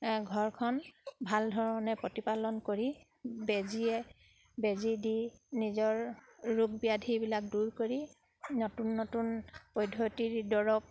ঘৰখন ভালধৰণে প্ৰতিপালন কৰি বেজীয়ে বেজী দি নিজৰ ৰোগ ব্যাধিবিলাক দূৰ কৰি নতুন নতুন পদ্ধতিৰ দৰৱ